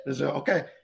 Okay